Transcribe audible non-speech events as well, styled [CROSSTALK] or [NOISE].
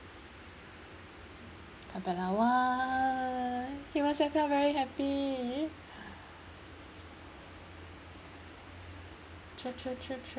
not bad ah !wah! he must have felt very happy [BREATH] true true true true